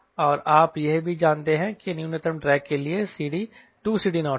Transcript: और आप यह भी जानते हैं कि न्यूनतम ड्रैग के लिए CD 2CD0 है